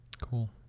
Cool